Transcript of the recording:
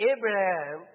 Abraham